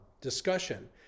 discussion